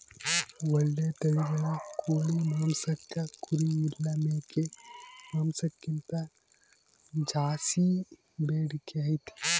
ಓಳ್ಳೆ ತಳಿಗಳ ಕೋಳಿ ಮಾಂಸಕ್ಕ ಕುರಿ ಇಲ್ಲ ಮೇಕೆ ಮಾಂಸಕ್ಕಿಂತ ಜಾಸ್ಸಿ ಬೇಡಿಕೆ ಐತೆ